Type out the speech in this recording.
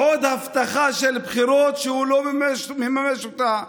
עוד הבטחה של בחירות שהוא לא מממש אותה.